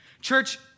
Church